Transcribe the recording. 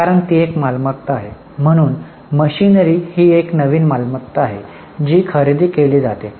कारण ती एक मालमत्ता आहे म्हणून मशिनरी ही एक नवीन मालमत्ता आहे जी खरेदी केली जाते